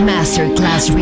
Masterclass